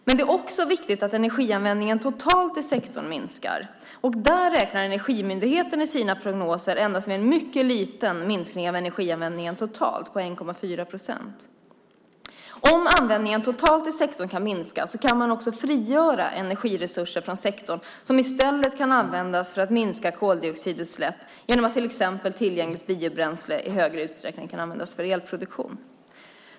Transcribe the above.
Men det är också viktigt att energianvändningen totalt i sektorn minskar, och där räknar Energimyndigheten i sina prognoser endast med en mycket liten minskning av energianvändningen - totalt på 1,4 procent. Om användningen totalt i sektorn kan minska kan man också frigöra energiresurser från sektorn som i stället kan användas för att minska koldioxidutsläpp genom att till exempel tillgängligt biobränsle i högre utsträckning kan användas för elproduktion.